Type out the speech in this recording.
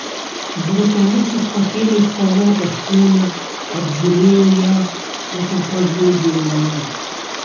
brutalusis pakėlė spalvotą špūlę apžiūrėjo ją po to pažvelgė į mane